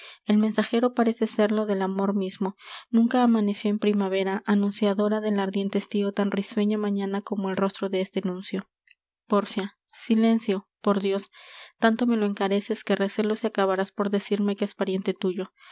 el mensajero parece serlo del amor mismo nunca amaneció en primavera anunciadora del ardiente estío tan risueña mañana como el rostro de este nuncio pórcia silencio por dios tanto me lo encareces que recelo si acabarás por decirme que es pariente tuyo